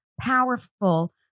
powerful